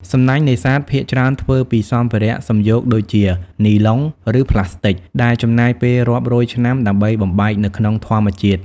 សំណាញ់នេសាទភាគច្រើនធ្វើពីសម្ភារៈសំយោគដូចជានីឡុង ឬប្លាស្ទិក ដែលចំណាយពេលរាប់រយឆ្នាំដើម្បីបំបែកនៅក្នុងធម្មជាតិ។